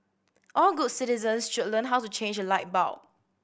all good citizens should learn how to change a light bulb